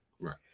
Right